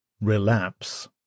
RELAPSE